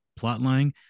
plotline